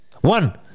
one